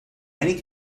many